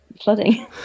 flooding